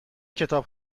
کتاب